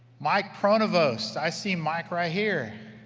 mike pronovost, i see mike right here,